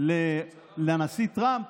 לנשיא טראמפ,